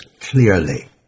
clearly